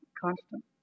constant